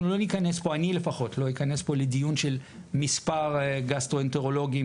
אני לא אכנס פה לדיון של מספר גסטרואנטרולוגים